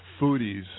Foodies